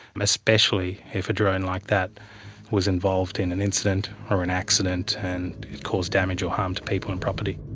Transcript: especially if a drone like that was involved in an incident or an accident and caused damage or harm to people and property.